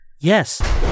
Yes